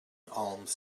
alms